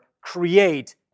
create